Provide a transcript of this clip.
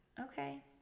Okay